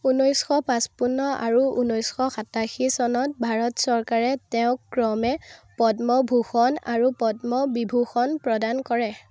ঊনৈছশ পঁচপন্ন আৰু ঊনৈছশ সাতাশী চনত ভাৰত চৰকাৰে তেওঁক ক্ৰমে পদ্মভূষণ আৰু পদ্ম বিভূষণ প্ৰদান কৰে